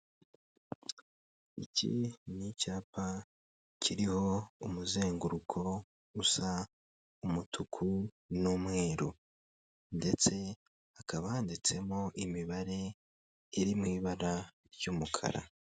Iki ni icyapa kiriho umuzenguruko usa umutuku n'umweru. Ndetse hakaba handitsemo imibare iri mu ibara ry'umukara.